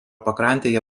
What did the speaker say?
pakrantėje